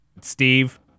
Steve